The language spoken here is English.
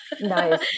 Nice